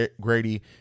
Grady